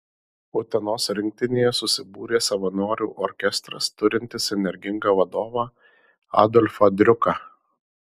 utenos rinktinėje susibūrė savanorių orkestras turintis energingą vadovą adolfą driuką